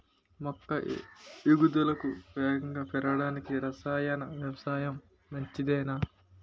మొక్క ఎదుగుదలకు వేగంగా పెరగడానికి, రసాయన వ్యవసాయం మంచిదేనా?